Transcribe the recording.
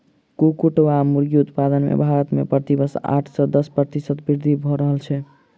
कुक्कुट वा मुर्गी उत्पादन मे भारत मे प्रति वर्ष आठ सॅ दस प्रतिशत वृद्धि भ रहल छै